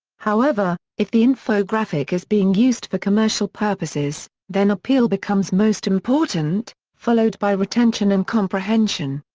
however, if the infographic is being used for commercial purposes, then appeal becomes most important, followed by retention and comprehension.